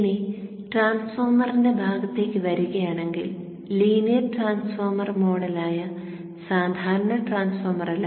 ഇനി ട്രാൻസ്ഫോർമറിന്റെ ഭാഗത്തേക്ക് വരുകയാണെങ്കിൽ ലീനിയർ ട്രാൻസ്ഫോർമർ മോഡലായ സാധാരണ ട്രാൻസ്ഫോർമറല്ല